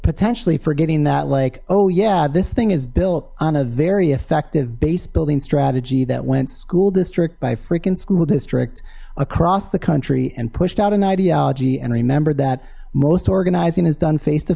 potentially forgetting that like oh yeah this thing is built on a very effective base building strategy that went school district by frickin school district across the country and pushed out an ideology and remember that most organizing is done face to